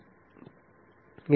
ఇది half HIRA